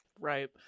Right